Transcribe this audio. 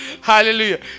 hallelujah